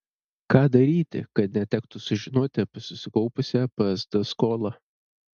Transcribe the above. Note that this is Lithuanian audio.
ką daryti kad netektų sužinoti apie susikaupusią psd skolą